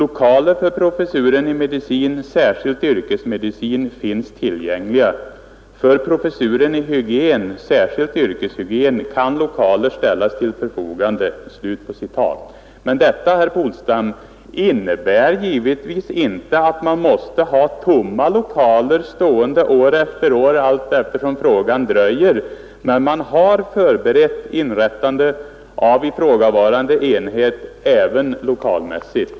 Lokaler för professuren i medicin, särskilt yrkesmedicin, finns tillgängliga. För professuren i hygien, särskilt yrkeshygien, kan lokaler ställas till förfogande.” Detta, herr Polstam, innebär givetvis inte att man måste ha lokaler stående tomma år efter år så länge avgörandet dröjer. Man har även lokalmässigt förberett inrättande av ifrågavarande enhet.